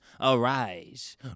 Arise